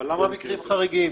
אבל למה במקרים חריגים?